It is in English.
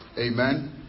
Amen